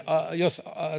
jos